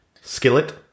skillet